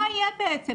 מה יהיה בעצם,